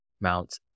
Mount